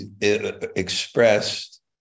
expressed